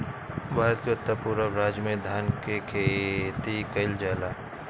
भारत के उत्तर पूरब राज में धान के खेती कईल जाला